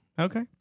Okay